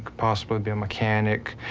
possibly be a mechanic,